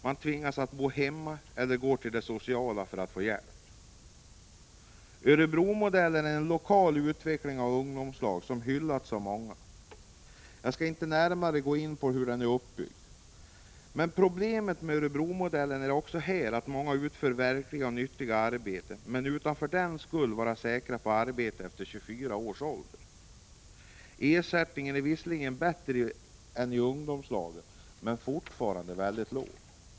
De tvingas att bo hemma eller att gå till det sociala för att få hjälp. Örebromodellen är en lokal utveckling av ungdomslag som hyllats av många. Jag skall inte närmare gå in på hur den är uppbyggd. Problemen även med Örebromodellen är att många utför verkliga och nyttiga arbeten men utan att för den skull vara säkra på arbete efter 24 års ålder. Ersättningen är visserligen bättre än i ungdomslagen men fortfarande väldigt låg.